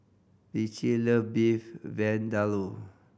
Ritchie loves Beef Vindaloo